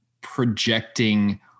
projecting